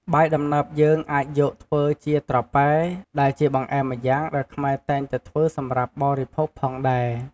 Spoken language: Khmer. បាយដំណើបយើងអាចយកធ្វើជាត្រប៉ែ ដែលជាបង្អែមម្យ៉ាងដែលខ្មែរតែងតែធ្វើសម្រាប់បរិភោគផងដែរ។